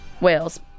Wales